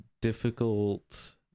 difficult